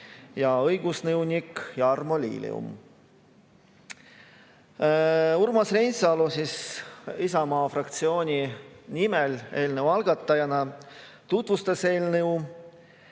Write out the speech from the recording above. ja õigusnõunik Jarmo Lilium. Urmas Reinsalu Isamaa fraktsiooni nimel eelnõu algatajana tutvustas eelnõu.